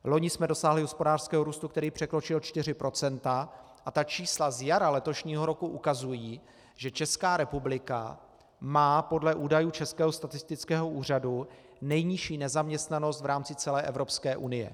Loni jsme dosáhli hospodářského růstu, který překročil 4 %, a čísla z jara letošního roku ukazují, že Česká republika má podle údajů Českého statistického úřadu nejnižší nezaměstnanost v rámci celé Evropské unie.